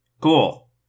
Cool